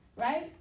Right